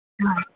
হয়